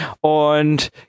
Und